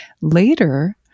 Later